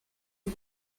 que